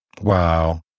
Wow